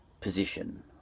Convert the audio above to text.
position